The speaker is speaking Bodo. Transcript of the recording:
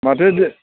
माथो